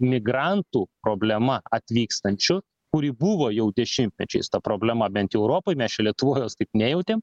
migrantų problema atvykstančių kuri buvo jau dešimtmečiais ta problema bent europoj mes čia lietuvoj jos taip nejautėme